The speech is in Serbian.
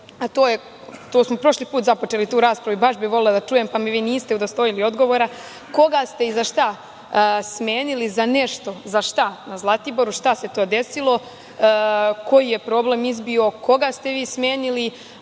a prošli put smo započeli tu raspravu, baš bi volela da čujem pa me vi niste udostojili odgovora, koga ste i za šta smenili za nešto, za šta na Zlatiboru, šta se to desilo, koji je problem izbio, koga ste vi smenili,